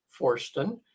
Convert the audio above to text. Forston